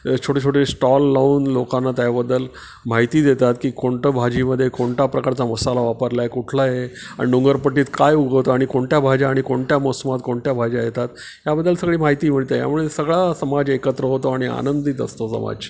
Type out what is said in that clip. छोटे छोटे स्टॉल लावून लोकांना त्याबद्दल माहिती देतात की कोणतं भाजीमध्ये कोणता प्रकारचा मसाला वापरला आहे कुठला हे आणि डोंगरपट्टीत काय उगवतो आणि कोणत्या भाज्या आणि कोणत्या मोसमात कोणत्या भाज्या येतात याबद्दल सगळी माहिती मिळते यामुळे सगळा समाज एकत्र होतो आणि आनंदित असतो समाज